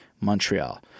Montreal